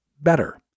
better